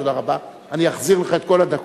תודה רבה, אני אחזיר לך את כל הדקות.